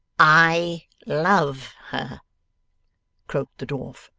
i love her croaked the dwarf.